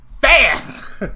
fast